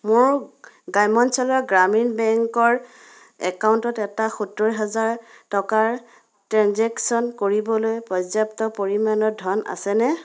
মোৰ গ্ৰাম্য অঞ্চলৰ গ্ৰামীণ বেংকৰ একাউণ্টত এটা সত্তৰ হাজাৰ টকাৰ ট্ৰেনজেকচন কৰিবলৈ পৰ্যাপ্ত পৰিমাণৰ ধন আছেনে